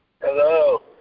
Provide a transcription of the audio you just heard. Hello